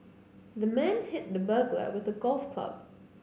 the man hit the burglar with a golf club